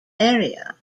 area